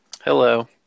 Hello